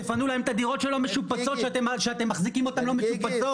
תפנו להם את הדירות שלא משופצות שאתם מחזיקים אותן לא משופצות,